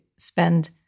spend